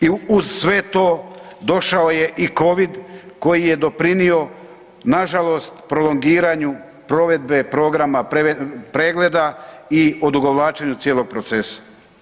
I … sve to, došao je i COVID koji je doprinio nažalost prolongiranju provedbe programa pregleda i odugovlačenju cijelog procesa.